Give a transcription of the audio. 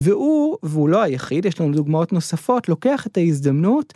והוא, והוא לא היחיד, יש לנו דוגמאות נוספות, לוקח את ההזדמנות.